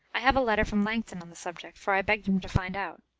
i have a letter from langton on the subject, for i begged him to find out.